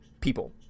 people